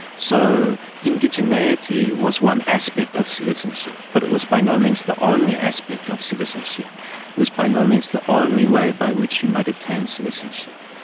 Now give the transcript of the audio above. so indigeneity was one aspect of citizenship, but it was by no means the only aspect of citizenship, it was by no means the only way by which you might obtain citizenship.